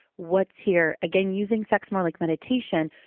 what's here? again, using sex more like meditation,